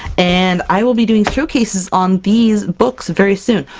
and i will be doing showcases on these books very soon!